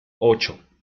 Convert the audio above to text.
ocho